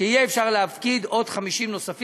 יהיה אפשר להפקיד 50 נוספים.